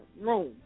room